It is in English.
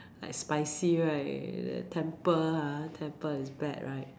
like spicy right that temper ah temper is bad right mm